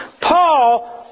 Paul